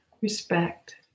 respect